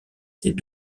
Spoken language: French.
ses